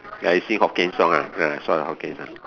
ya you sing hokkien song ah ya hokkien ah